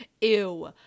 Ew